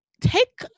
take